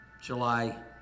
July